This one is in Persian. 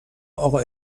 اقا